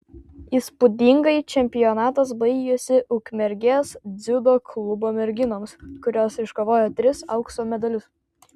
įspūdingai čempionatas baigėsi ukmergės dziudo klubo merginoms kurios iškovojo tris aukso medalius